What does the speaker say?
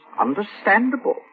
understandable